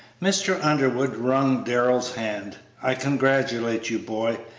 mr. underwood wrung darrell's hand. i congratulate you, boy,